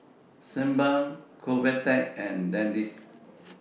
Sebamed Convatec and Dentiste